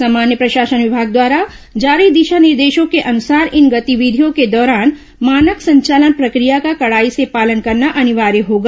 सामान्य प्रशासन विभाग द्वारा जारी दिशा निर्देशों के अनुसार इन गतिविधियों के दौरान मानक संचालन प्रक्रिया का कड़ाई से पालन करना अनिवार्य होगा